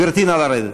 גברתי, נא לרדת.